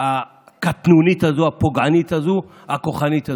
הקטנונית הזו, הפוגענית הזו והכוחנית הזו.